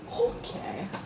Okay